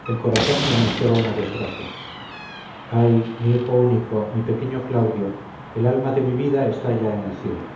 el corazón me anunciaba una desgracia ay mi hijo único mi pequeño claudio el alma de mi vida está ya en el cielo